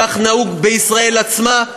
כך נהוג בישראל עצמה,